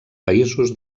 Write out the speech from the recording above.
països